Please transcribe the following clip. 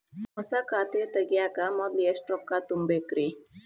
ಹೊಸಾ ಖಾತೆ ತಗ್ಯಾಕ ಮೊದ್ಲ ಎಷ್ಟ ರೊಕ್ಕಾ ತುಂಬೇಕ್ರಿ?